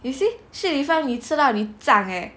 you see Shi Li Fang 你吃到你胀 leh